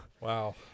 Wow